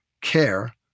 care